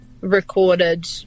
recorded